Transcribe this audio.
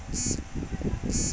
বীজ কত রকমের হয়ে থাকে?